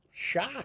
shocked